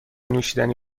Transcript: نوشیدنی